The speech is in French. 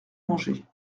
manger